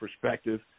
perspective